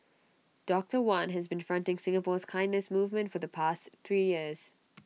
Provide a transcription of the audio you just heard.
doctor wan has been fronting Singapore's kindness movement for the past three years